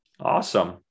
Awesome